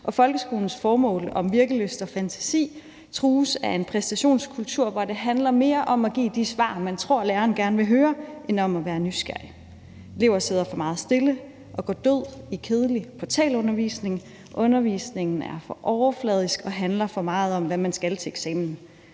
folkeskolens formål om virkelyst og fantasi trues af en præstationskultur, hvor det handler mere om at give de svar, man tror læreren gerne vil høre, end om at være nysgerrig. Elever sidder for meget stille og går død i kedelig portalundervisning. Undervisningen er for overfladisk og handler for meget om, hvad man skal til eksamen.